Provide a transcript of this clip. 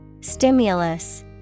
Stimulus